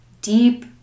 deep